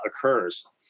occurs